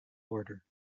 order